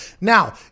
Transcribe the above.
Now